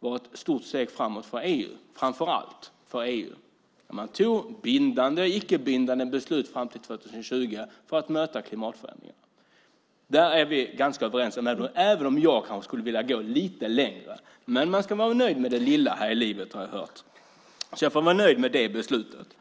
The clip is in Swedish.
var ett stort steg framåt för EU, framför allt för EU. De tog bindande och icke bindande beslut fram till 2020 för att möta klimatförändringarna. Där är vi ganska överens, även om jag kanske skulle vilja gå lite längre. Men man ska vara nöjd med det lilla här i livet, har jag hört. Så jag får vara nöjd med det beslutet.